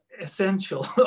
essential